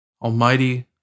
Almighty